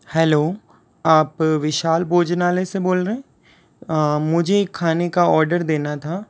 hello आप विशाल भोजनालय से बोल रहें मुझे एक खाने का आर्डर देना था